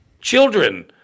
Children